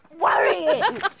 worrying